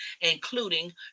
including